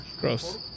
Gross